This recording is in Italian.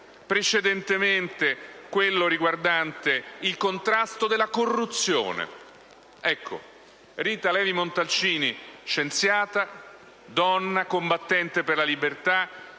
precedentemente, quello riguardante il contrasto alla corruzione. Rita Levi-Montalcini, scienziata, donna, combattente per la libertà,